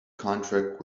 contract